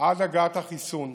עד הגעת החיסון.